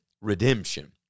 redemption